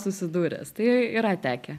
susidūręs tai yra tekę